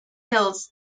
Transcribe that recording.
hills